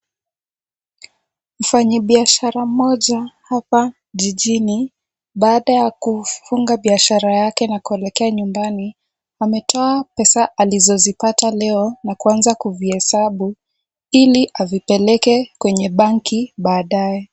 Mfanyibiashara mmoja hapa jijini, baada ya kufunga biashara yake na kuelekea nyumbani ametoa pesa alizozipata leo na kuanza kuvihesabu ili azipeleke kwenye banki baadaye.